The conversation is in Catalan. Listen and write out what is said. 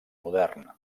modern